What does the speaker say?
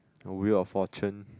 the Wheel of Fortune